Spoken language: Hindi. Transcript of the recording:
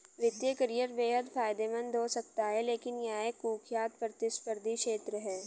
वित्तीय करियर बेहद फायदेमंद हो सकता है लेकिन यह एक कुख्यात प्रतिस्पर्धी क्षेत्र है